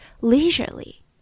leisurely